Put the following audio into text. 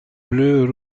bleus